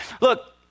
Look